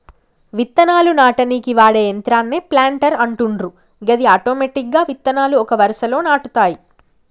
విత్తనాలు నాటనీకి వాడే యంత్రాన్నే ప్లాంటర్ అంటుండ్రు గది ఆటోమెటిక్గా విత్తనాలు ఒక వరుసలో నాటుతాయి